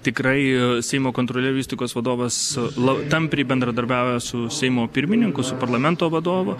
tikrai seimo kontrolierių įstaigos vadovas la tampriai bendradarbiauja su seimo pirmininku su parlamento vadovu